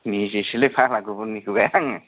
निजेसोलै फाग्ला गुबुननिखौ गाया आङो